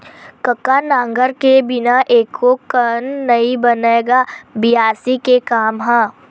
कका नांगर के बिना एको कन नइ बनय गा बियासी के काम ह?